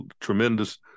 tremendous